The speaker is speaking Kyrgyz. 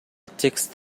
текст